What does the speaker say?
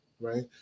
right